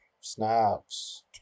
Snaps